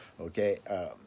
okay